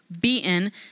beaten